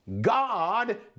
God